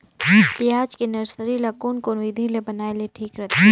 पियाज के नर्सरी ला कोन कोन विधि ले बनाय ले ठीक रथे?